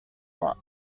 block